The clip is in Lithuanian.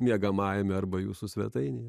miegamajame arba jūsų svetainėje